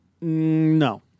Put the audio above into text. No